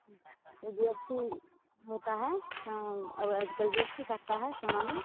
जो फूल होता है हाँ अब आजकल जी एस टी कटता है सोना में